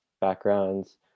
backgrounds